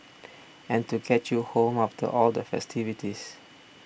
and to get you home after all the festivities